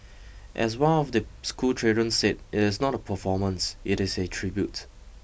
as one of the schoolchildren said it is not a performance it is a tribute